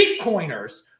Bitcoiners